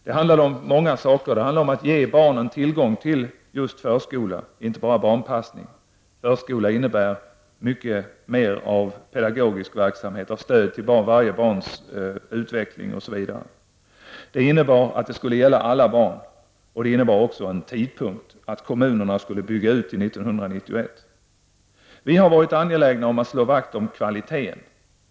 Det handlade bl.a. om att ge barn tillgång till just förskola, inte bara barnpassning. Förskola innebär mycket mer av pedagogisk verksamhet och stöd till varje barns utveckling. Beslutet om förskola skulle gälla alla barn och det fastslog en tidpunkt, 1991, då kommunerna skulle vara färdiga med utbyggnaden. Vi socialdemokrater har varit angelägna om att slå vakt om kvaliteten.